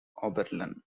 oberlin